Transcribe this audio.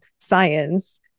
science